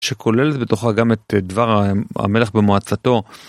שכוללת בתוכה גם את דבר המלך במועצתו.